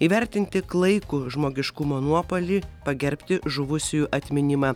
įvertinti klaikų žmogiškumo nuopuolį pagerbti žuvusiųjų atminimą